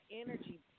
energy